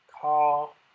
call